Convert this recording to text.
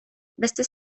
beste